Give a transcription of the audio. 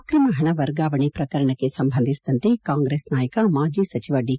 ಅಕ್ರಮ ಹಣ ವರ್ಗಾವಣೆ ಪ್ರಕರಣಕ್ಕೆ ಸಂಬಂಧಿಸಿದಂತೆ ಕಾಂಗ್ರೆಸ್ ನಾಯಕ ಮಾಜಿ ಸಚಿವ ದಿ